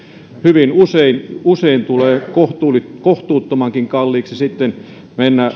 hyvin usein usein tulee kohtuuttomankin kalliiksi